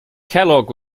kellogg